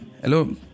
Hello